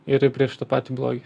ir prieš taip pat blogį